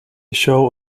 show